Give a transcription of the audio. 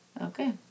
Okay